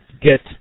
get